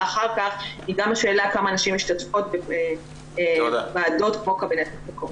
אחר כך היא גם בשאלה כמה נשים משתתפות בוועדות כמו קבינט הקורונה.